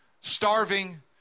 starving